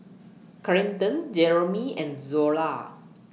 Clinton Jeromy and Zola